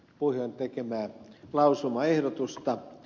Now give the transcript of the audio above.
puhjon tekemää lausumaehdotusta